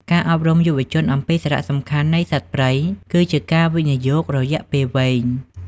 ការអប់រំយុវជនអំពីសារៈសំខាន់នៃសត្វព្រៃគឺជាការវិនិយោគរយៈពេលវែង។